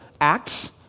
Acts